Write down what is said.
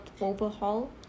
overhaul